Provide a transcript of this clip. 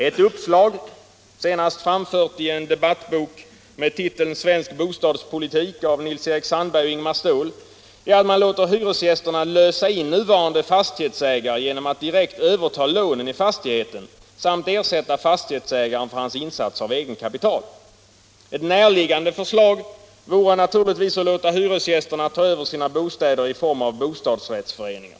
Ett uppslag — senast framfört i debattboken Svensk Bostadspolitik av Nils Eric Sandberg och Ingemar Ståhl — är att låta hyresgästerna lösa in nuvarande fastighetsägare genom att direkt överta lånen i fastigheten samt ersätta fastighetsägaren för hans insats av egenkapital. Ett närliggande förslag vore naturligtvis att låta hyresgästerna ta över sina bostäder i form av bostadsrättsföreningar.